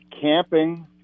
camping